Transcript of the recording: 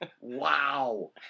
Wow